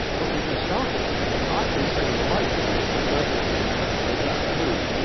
but we can start it again if i can sing the right note that resonates with that tune.